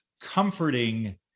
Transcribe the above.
comforting